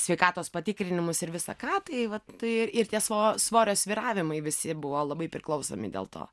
sveikatos patikrinimus ir visa ką tai vat tai ir tie svo svorio svyravimai visi buvo labai priklausomi dėl to